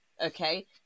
Okay